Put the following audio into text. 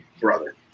brother